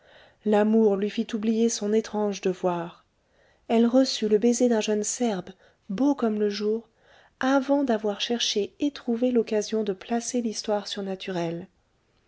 l'amour lui fit oublier son étrange devoir elle reçut le baiser d'un jeune serbe beau comme le jour avant d'avoir cherché et trouvé l'occasion de placer l'histoire surnaturelle